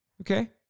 Okay